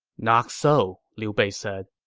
not so, liu bei said.